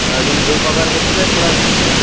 अजून धूप अगरबत्तीचाही पुडा घेऊन जा